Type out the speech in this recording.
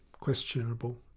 questionable